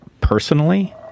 personally